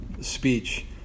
speech